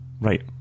right